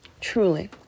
truly